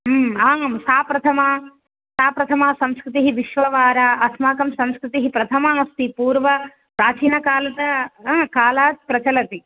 आम् सा प्रथमा सा प्रथमा संस्कृतिः विश्ववारा अस्माकं संस्कृतिः प्रथमा अस्ति पूर्व प्राचीनकालतः कालात् प्रचलति